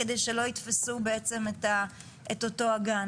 כדי שלא יתפסו בעצם את אותו הגן.